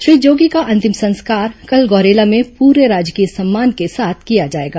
श्री जोगी का अंतिम संस्कार कल गौरेला में पूरे राजकीय सम्मान के साथ किया जाएगा